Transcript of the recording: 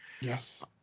Yes